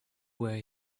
where